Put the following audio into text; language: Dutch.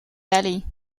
valley